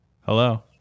Hello